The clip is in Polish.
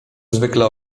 zwykle